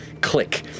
click